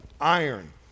Iron